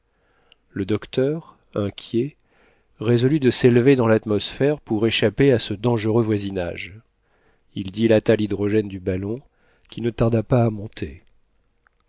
le docteur inquiet résolut de s'élever dans l'atmosphère pour échapper à ce dangereux voisinage il dilata l'hydrogène du ballon qui ne tarda pas à monter